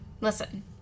Listen